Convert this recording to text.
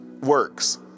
works